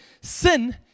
sin